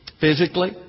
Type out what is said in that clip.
Physically